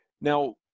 Now